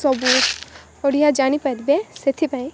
ସବୁ ଓଡ଼ିଆ ଜାଣିପାରିବେ ସେଥିପାଇଁ